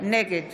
נגד